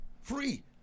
free